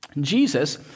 Jesus